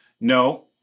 No